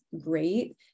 great